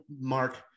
mark